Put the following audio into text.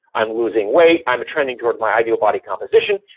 i'm losing weight. i'm training towards my ideal body composition.